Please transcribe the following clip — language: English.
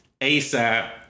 ASAP